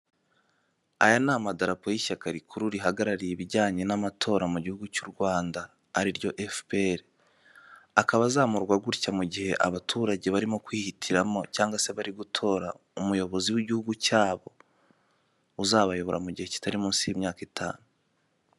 Aya ni amadarapo y'ishyaka rikuru rihagarariye ibijyanye n'amatora mu gihugu cy'u Rwanda ari ryo efuperi akaba azamurwa gutya mu gihe abaturage barimo kwihitiramo cyangwa se bari gutora umuyobozi w'igihugu cyabo, uzabayobora mu gihe kitari munsi y'imyaka itanu.